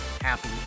happy